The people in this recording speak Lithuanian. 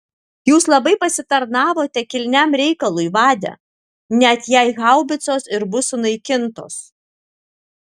jūs labai pasitarnavote kilniam reikalui vade net jei haubicos ir bus sunaikintos